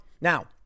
Now